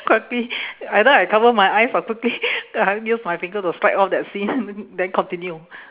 quickly either I cover my eyes or quickly ah I use my finger to swipe off that scene then continue